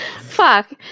Fuck